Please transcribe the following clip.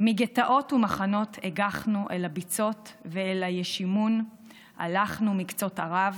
"מגטאות ומחנות הגחנו / אל הביצות ואל הישימון הלכנו / מקצות ערב,